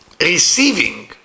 receiving